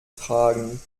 tragen